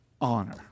honor